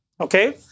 Okay